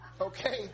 Okay